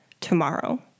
tomorrow